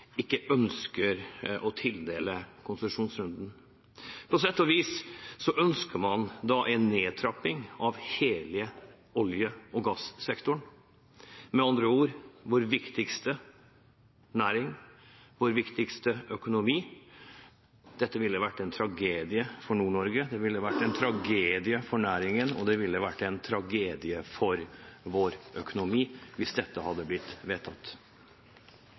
ikke ønsker å tildele konsesjonsrunden. På sett og vis ønsker man da en nedtrapping av hele olje- og gassektoren, med andre ord vår viktigste næring, vår viktigste økonomi. Dette ville vært en tragedie for Nord-Norge. Det ville vært en tragedie for næringen, og det ville vært en tragedie for vår økonomi hvis dette hadde blitt vedtatt.